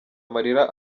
amarira